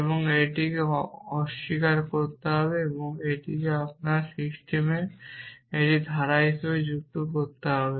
এবং এটিকে অস্বীকার করতে হবে এবং এটিকে আপনার সিস্টেমে একটি ধারা হিসাবে যুক্ত করতে হবে